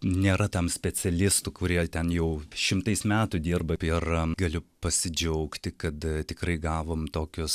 nėra tam specialistų kurie ten jau šimtais metų dirba ir galiu pasidžiaugti kad a tikrai gavom tokius